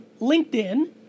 LinkedIn